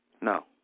No